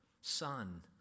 son